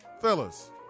Fellas